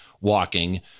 walking